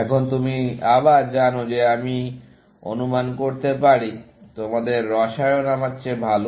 এখন তুমি আবার জানো যে আমি অনুমান করতে পারি তোমাদের রসায়ন আমার চেয়ে ভাল